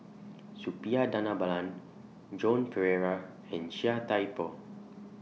Suppiah Dhanabalan Joan Pereira and Chia Thye Poh